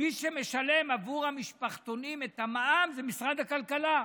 מי שמשלם את המע"מ זה משרד הכלכלה,